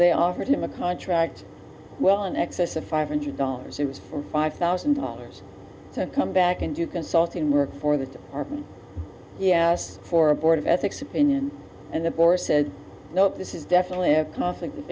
they offered him a contract well in excess of five hundred dollars shoes or five thousand dollars to come back and do consulting work for the army yes for a board of ethics opinion and the board says nope this is definitely a conflict of